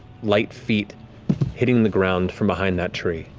light feet hitting the ground from behind that tree.